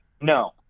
No